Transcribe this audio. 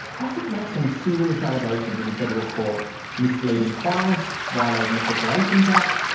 asic makes some serious allegations in the federal court misleading clients, violating the corporations act,